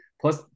plus